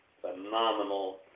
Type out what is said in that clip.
Phenomenal